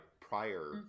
prior